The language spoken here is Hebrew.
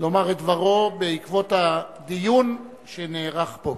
לומר את דברו בעקבות הדיון שנערך פה.